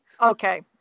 Okay